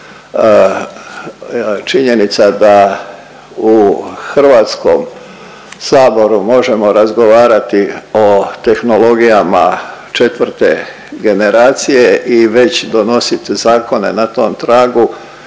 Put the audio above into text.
činjenica da u HS-u možemo razgovarati o tehnologijama 4. generacije i već donosit zakone na tom tragu,